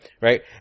right